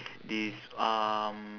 this um